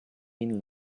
been